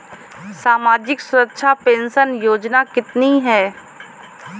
सामाजिक सुरक्षा पेंशन योजना कितनी हैं?